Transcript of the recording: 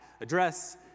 address